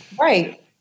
Right